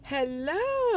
Hello